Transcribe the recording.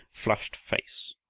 flushed face,